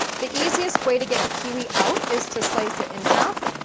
the easiest way to get the kiwi out is to slice it in half,